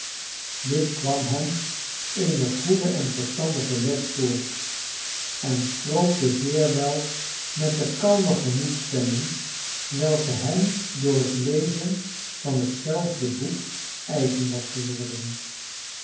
dit kwam hem eene goede en verstandige les voor en strookte zeer wel met de kalme gemoedsstemming welke hem door het lezen van hetzelfde boek eigen was geworden